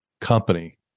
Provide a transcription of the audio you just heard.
company